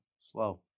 Slow